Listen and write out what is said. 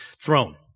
throne